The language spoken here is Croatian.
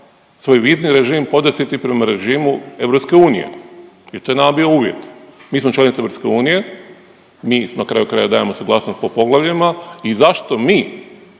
svoj vizni režim podesiti prema režimu EU i to je nama bio uvjet. Mi smo članica EU mi na kraju krajeva dajemo suglasnost po poglavljima i zašto mi